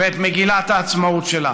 ואת מגילת העצמאות שלה.